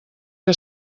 que